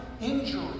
injury